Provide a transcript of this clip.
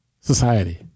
society